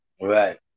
Right